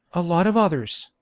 a lot of others.